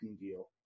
deal